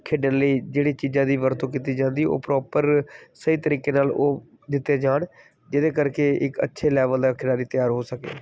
ਖੇਡਣ ਲਈ ਜਿਹੜੀ ਚੀਜ਼ਾਂ ਦੀ ਵਰਤੋਂ ਕੀਤੀ ਜਾਂਦੀ ਉਹ ਪ੍ਰੋਪਰ ਸਹੀ ਤਰੀਕੇ ਨਾਲ ਉਹ ਦਿੱਤੇ ਜਾਣ ਜਿਹਦੇ ਕਰਕੇ ਇੱਕ ਅੱਛੇ ਲੈਵਲ ਦਾ ਖਿਡਾਰੀ ਤਿਆਰ ਹੋ ਸਕੇ